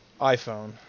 iPhone